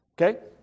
okay